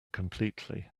completely